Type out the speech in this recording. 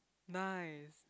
nice